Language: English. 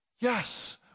Yes